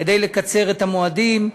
כדי לקצר את המועדים,